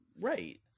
Right